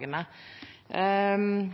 de